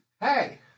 Hey